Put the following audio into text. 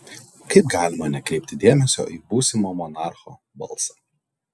kaip galima nekreipti dėmesio į būsimo monarcho balsą